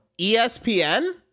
ESPN